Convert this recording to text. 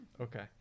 Okay